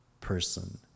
person